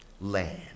land